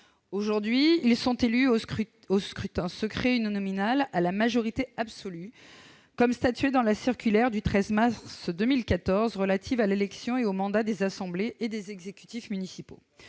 Aujourd'hui, ils sont élus au scrutin secret uninominal à la majorité absolue, comme le prévoit la circulaire du 13 mars 2014 relative à l'élection et mandats des assemblées et des exécutifs municipaux